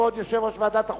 כבוד יושב-ראש ועדת החוקה,